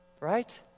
right